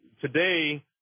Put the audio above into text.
today